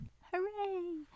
Hooray